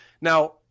Now